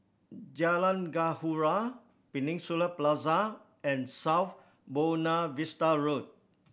Jalan Gaharu Peninsula Plaza and South Buona Vista Road